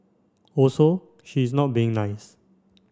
also she is not being nice